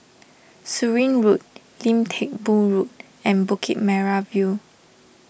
Surin Road Lim Teck Boo Road and Bukit Merah View